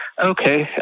Okay